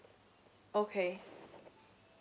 okay